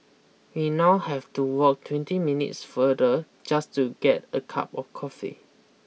we now have to walk twenty minutes farther just to get a cup of coffee